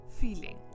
feeling